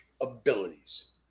abilities